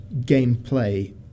gameplay